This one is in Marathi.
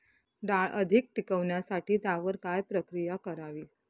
डाळ अधिक टिकवण्यासाठी त्यावर काय प्रक्रिया करावी?